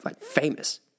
famous